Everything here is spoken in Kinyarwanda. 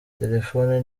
telefoni